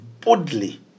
boldly